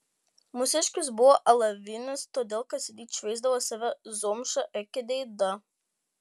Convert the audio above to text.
mūsiškis buvo alavinis todėl kasryt šveisdavo save zomša ir kreida